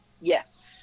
Yes